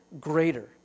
greater